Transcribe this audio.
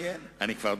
אני כבר אסיים.